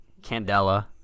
Candela